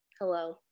hello